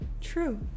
true